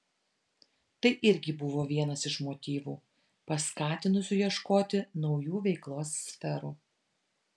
tai irgi buvo vienas iš motyvų paskatinusių ieškoti naujų veiklos sferų